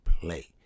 play